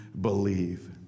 believe